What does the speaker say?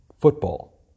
football